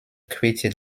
created